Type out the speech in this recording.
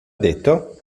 detto